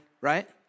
right